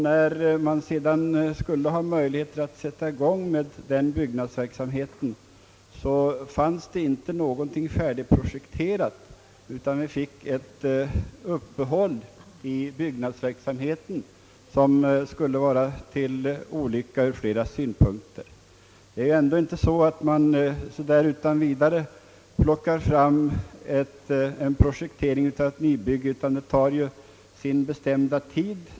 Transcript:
När man sedan fick möjlighet att sätta i gång denna byggnadsverksamhet, så skulle det inte finnas någonting färdigprojekterat utan det måste bli ett uppehåll i byggnadsverksamheten som skulle vara till olycka ur många synpunkter. Man kan ändå inte så där utan vidare plocka fram en projektering av ett nybygge, utan det tar sin bestämda tid.